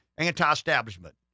anti-establishment